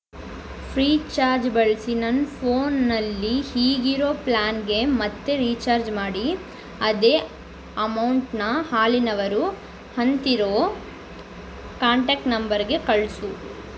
Freecharge ಬಳಸಿ ನನ್ನ ಫೋನಲ್ಲಿ ಈಗಿರೋ ಪ್ಲಾನ್ಗೇ ಮತ್ತೆ ರೀಚಾರ್ಜ್ ಮಾಡಿ ಅದೇ ಅಮೌಂಟನ್ನ ಹಾಲಿನವರು ಅಂತೀರೋ ಕಾಂಟ್ಯಾಕ್ಟ್ ನಂಬರ್ಗೆ ಕಳಿಸು